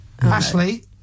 Ashley